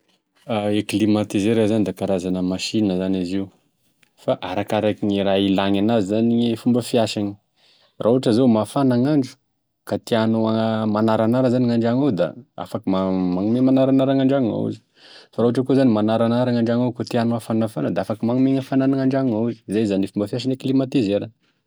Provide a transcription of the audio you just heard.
E climatiseur zany da karazana masinina zany izy io, fa arakaraka gne raha ilagny anazy e fomba fiasany, raha ohatra zao mafana gn'andro ka tianao manaranara zany gn'andragno ao da afaky man- magnome manaranara gn'andragno ao izy fa raha ohatra ka manaranara gn'andragno gnao ka tianao hafanafana da afaky magnome gn'hafanagny gn'andragno ao izy, izay zany e fomba fiasagne climatiseur.